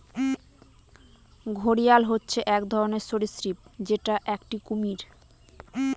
ঘড়িয়াল হচ্ছে এক ধরনের সরীসৃপ যেটা একটি কুমির